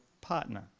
partner